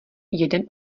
jeden